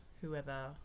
whoever